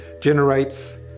generates